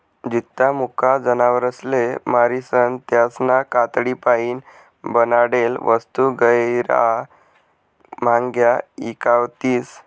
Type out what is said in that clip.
जित्ता मुका जनावरसले मारीसन त्यासना कातडीपाईन बनाडेल वस्तू गैयरा म्हांग्या ईकावतीस